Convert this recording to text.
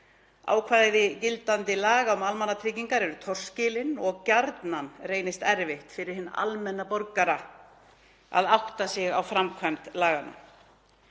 Ákvæði gildandi laga um almannatryggingar eru torskilin og gjarnan reynist erfitt fyrir hinn almenna borgara að átta sig á framkvæmd laganna.